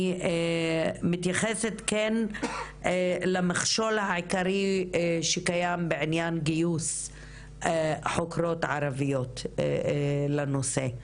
אני כן מתייחסת למכשול העיקרי שקיים בעניין גיוס חוקרות ערביות לנושא.